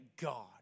God